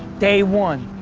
day one,